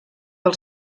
pel